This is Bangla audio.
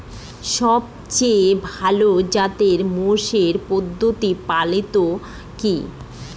সবথেকে ভালো জাতের মোষের প্রতিপালন পদ্ধতি কি?